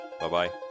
Bye-bye